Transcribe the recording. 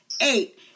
eight